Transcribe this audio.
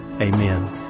amen